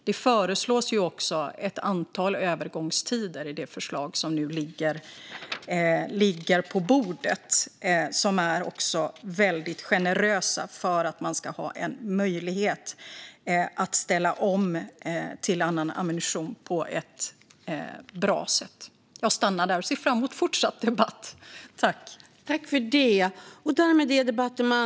Det föreslås också ett antal övergångstider i det förslag som nu ligger på bordet. De är väldigt generösa för att man ska ha en möjlighet att ställa om till annan ammunition på ett bra sätt. Jag stannar där och ser fram emot fortsatt debatt.